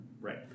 Right